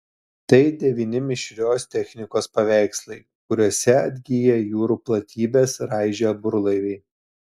tai devyni mišrios technikos paveikslai kuriose atgyja jūrų platybes raižę burlaiviai